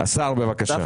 השר, בבקשה.